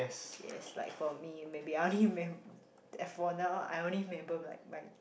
yes like for me maybe I only remem~ for now I only remember like my